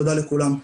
תודה לכולם.